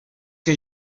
que